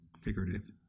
figurative